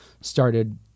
started